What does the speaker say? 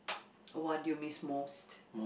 what do you miss most